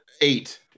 eight